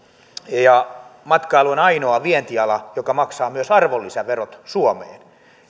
matkailu on ainoa vientiala joka maksaa myös arvonlisäverot suomeen